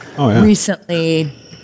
recently